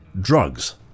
drugs